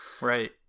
Right